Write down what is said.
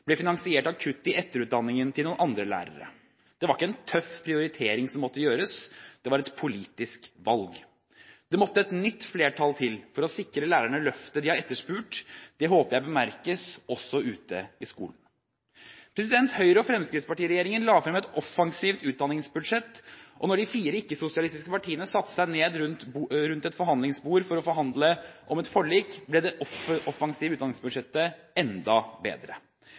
ble finansiert av kutt i etterutdanningen til noen andre lærere – det var ikke en tøff prioritering som måtte gjøres, det var et politisk valg. Det måtte et nytt flertall til for å sikre lærerne løftet de har etterspurt. Det håper jeg bemerkes, også ute i skolen. Høyre–Fremskrittsparti-regjeringen la frem et offensivt utdanningsbudsjett, og da de fire ikke-sosialistiske partiene satte seg ned rundt et forhandlingsbord for å forhandle om et forlik, ble det offensive utdanningsbudsjettet enda bedre.